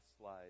slide